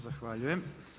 Zahvaljujem.